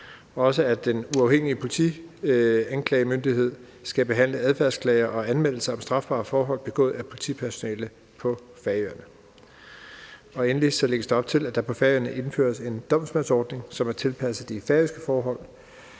og at den uafhængige politianklagemyndighed skal behandle adfærdsklager og anmeldelser om strafbare forhold begået af politipersonale på Færøerne. Endelig lægges der op til, at der på Færøerne indføres en domsmandsordning, som er tilpasset de færøske forhold,